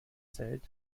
zelt